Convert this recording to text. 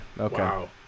Okay